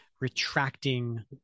retracting